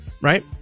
right